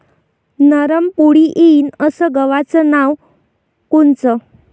नरम पोळी येईन अस गवाचं वान कोनचं?